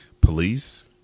police